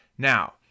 Now